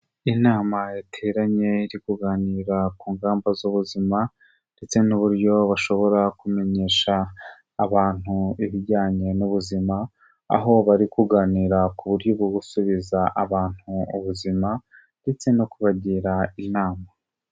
Inama yateranye iri kuganira ku ngamba z'ubuzima ndetse n'uburyo bashobora kumenyesha abantu ibijyanye n'ubuzima, aho bari kuganira ku buryo bwo gusubiza abantu ubuzima ndetse no kubagira inama.